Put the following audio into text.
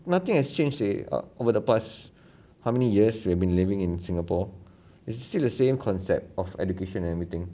nothing has changed eh over the past how many years we've been living in singapore it is still the same concept of education and everything